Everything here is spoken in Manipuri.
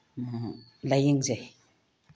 ꯂꯥꯏꯌꯦꯡꯖꯩ